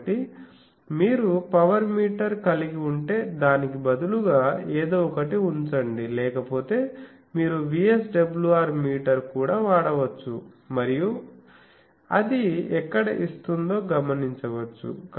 కాబట్టి మీరు power meter కలిగి ఉంటే దానికి బదులుగా ఏదో ఒకటి ఉంచండి లేకపోతే మీరు VSWR మీటర్ కూడా వాడవచ్చు మరియు అది ఎక్కడ ఇస్తుందో గమనించవచ్చు